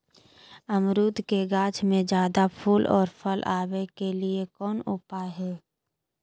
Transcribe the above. अमरूद के गाछ में ज्यादा फुल और फल आबे के लिए कौन उपाय है?